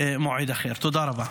למועד אחר, תודה רבה.